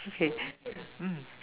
okay mm